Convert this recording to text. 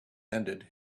ended